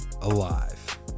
alive